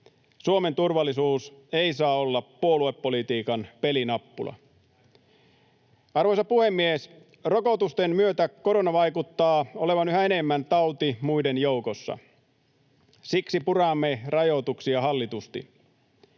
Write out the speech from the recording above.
Suomen turvallisuus ei saa olla puoluepolitiikan pelinappula. Arvoisa puhemies! Rokotusten myötä korona vaikuttaa olevan yhä enemmän tauti muiden joukossa. Siksi puramme rajoituksia hallitusti.